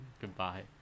Goodbye